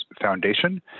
Foundation